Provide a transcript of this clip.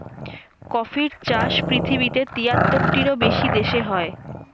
কফির চাষ পৃথিবীতে তিয়াত্তরটিরও বেশি দেশে হয়